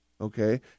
okay